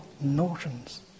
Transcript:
notions